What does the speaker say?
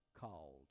called